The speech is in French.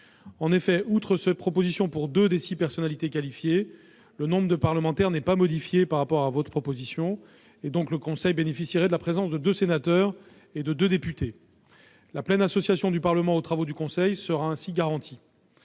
En effet, outre ses propositions pour deux des six personnalités qualifiées, le nombre de parlementaires n'est pas modifié, le conseil bénéficiant de la présence de deux sénateurs et de deux députés. La pleine association du Parlement aux travaux du conseil sera ainsi garantie.